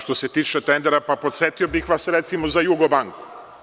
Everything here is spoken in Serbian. Što se tiče tendera, pa podsetio bih vas, recimo, za „Jugobanku“